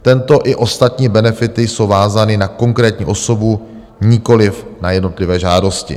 Tento i ostatní benefity jsou vázány na konkrétní osobu, nikoliv na jednotlivé žádosti.